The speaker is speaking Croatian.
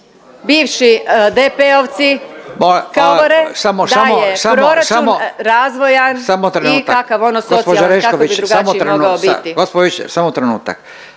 trenutak./… … proračun razvojan i kakav ono socijalan kakav bi drugačiji mogao biti.